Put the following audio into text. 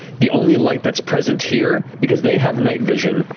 the only light that's present here, because they have night vision,